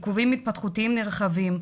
עיכובים התפתחותיים נרחבים,